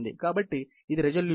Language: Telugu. కాబట్టి ఇది రిజల్యూషన్